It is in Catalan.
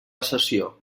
sessió